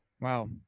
Wow